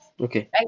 okay